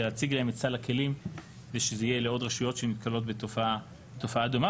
להציג להם את סל הכלים ושזה יהיה לעוד רשויות שנתקלות בתופעה דומה.